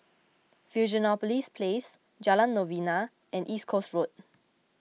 Fusionopolis Place Jalan Novena and East Coast Road